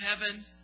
heaven